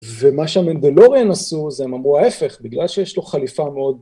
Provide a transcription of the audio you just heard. ומה שהמנדלוריאן עשו זה הם אמרו ההפך בגלל שיש לו חליפה מאוד